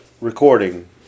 recording